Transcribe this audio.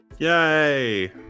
Yay